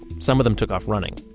some of them took off running.